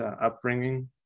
upbringing